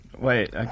Wait